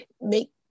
Make